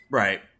right